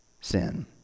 sin